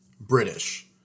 British